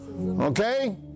Okay